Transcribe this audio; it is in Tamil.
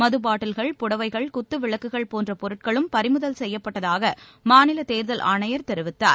மது பாட்டில்கள் புடவைகள் குத்துவிளக்குகள் போன்ற பொருட்களும் பறிமுதல் செய்யப்பட்டதாக மாநில தேர்தல் ஆணையர் தெரிவித்தார்